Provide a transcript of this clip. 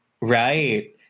Right